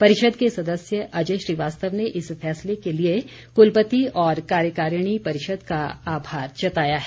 परिषद के सदस्य अजय श्रीवास्तव ने इस फैसले के लिए कुलपति और कार्यकारिणी परिषद का आभार जताया है